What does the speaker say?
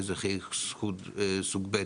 כאזרחי סוג ב',